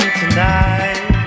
tonight